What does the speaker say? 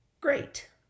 great